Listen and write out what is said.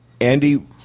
Andy